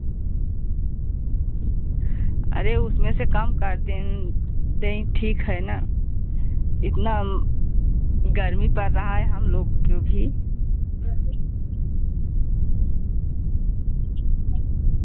अरे उसमें से कम कर दे दें ठीक है ना इतना गर्मी पड़ रहा है हम लोग को भी